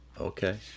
Okay